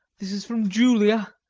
this is from julia.